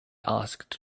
asked